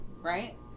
right